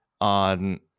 on